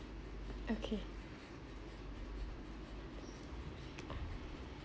okay